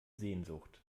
sehnsucht